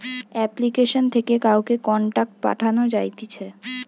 application থেকে কাউকে contact পাঠানো যাতিছে